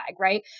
right